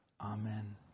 Amen